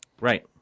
Right